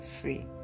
Free